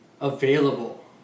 available